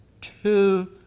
two